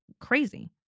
crazy